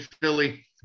Philly